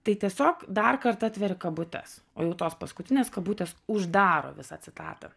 tai tiesiog dar kartą atveri kabutes o jau tos paskutinės kabutės uždaro visą citatą